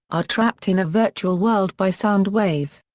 are trapped in a virtual world by soundwave.